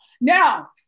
now